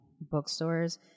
bookstores